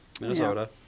Minnesota